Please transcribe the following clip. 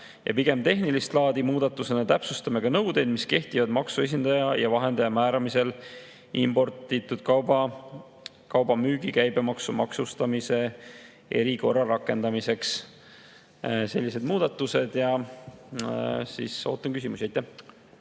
Ja pigem tehnilist laadi muudatusena täpsustame ka nõudeid, mis kehtivad maksuesindaja ja vahendaja määramisel imporditud kauba müügi käibemaksustamise erikorra rakendamiseks. Sellised muudatused. Ootan küsimusi!